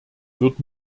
wird